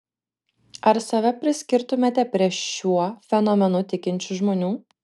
ar save priskirtumėte prie šiuo fenomenu tikinčių žmonių